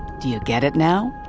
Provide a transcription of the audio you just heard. do you get it now?